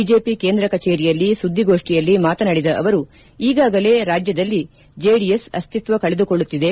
BJP ಕೇಂದ್ರ ಕಚೇರಿಯಲ್ಲಿ ಸುದ್ದಿಗೋಷ್ಠಿಯಲ್ಲಿ ಮಾತನಾಡಿದ ಅವರು ಈಗಾಗಲೇ ರಾಜ್ಕದಲ್ಲಿ ಜೆಡಿಎಸ್ ಅಸ್ತಿತ್ವ ಕಳೆದುಕೊಳ್ಳುತ್ತಿದೆ